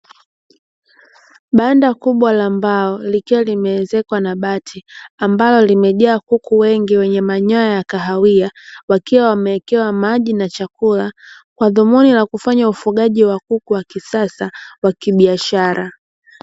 Banda kubwa la mbao likiwa limeezekwa na bati ambalo limejaa kuku wengi wenye manyoya ya kahawia, wakiwa wamewekewa maji na chakula kwa dhumuni la kufanya ufugaji wa kuku wa kisasa wa kibiashara